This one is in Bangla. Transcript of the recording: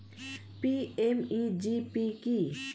পি.এম.ই.জি.পি কি?